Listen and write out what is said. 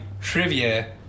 trivia